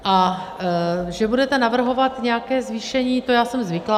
A že budete navrhovat nějaké zvýšení, to já jsem zvyklá.